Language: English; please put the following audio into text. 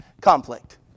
conflict